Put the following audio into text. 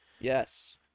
Yes